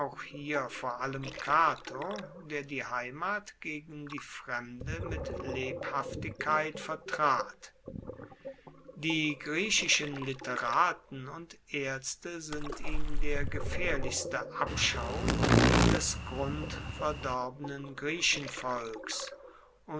hier vor allem cato der die heimat gegen die fremde mit lebhaftigkeit vertrat die griechischen literaten und aerzte sind ihm der gefaehrlichste abschaum des